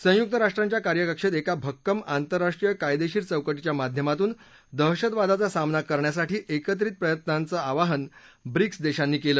संयुक राष्ट्रांच्या कार्यकक्षेत एका भक्कम आंतरराष्ट्रीय कायदेशीर चौकटीच्या माध्यमातून दहशतवादाचा सामना करण्यासाठी एकत्रित प्रयत्नांचं आवाहन ब्रिक्स देशांनी केलं